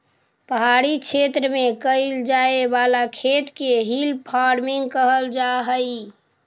पहाड़ी क्षेत्र में कैइल जाए वाला खेत के हिल फार्मिंग कहल जा हई